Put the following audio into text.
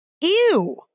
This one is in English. ew